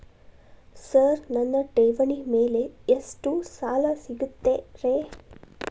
Sir ನನ್ನ ಠೇವಣಿ ಮೇಲೆ ಎಷ್ಟು ಸಾಲ ಸಿಗುತ್ತೆ ರೇ?